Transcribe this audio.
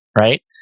right